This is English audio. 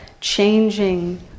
changing